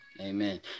Amen